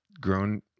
grown